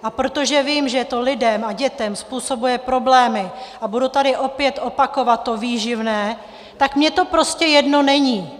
A protože vím, že to lidem a dětem způsobuje problémy, a budu tady opět opakovat to výživné, tak mně to prostě jedno není!